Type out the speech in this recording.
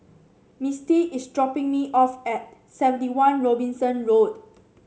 Mistie is dropping me off at Seventy One Robinson Road